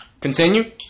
Continue